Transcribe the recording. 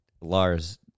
Lars